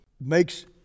makes